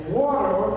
water